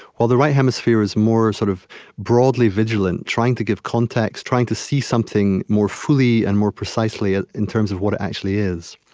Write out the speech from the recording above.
while the right hemisphere is more sort of broadly vigilant, trying to give context, trying to see something more fully and more precisely ah in terms of what actually is.